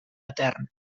etern